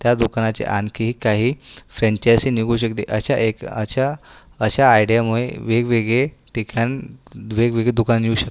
त्या दुकानाची आणखी काही फ्रेंचाइसी निघू शकते अशा एक अशा अशा आयडियामुळे वेगवेगळे ठिकाण वेगवेगळे दुकान निघू शकतात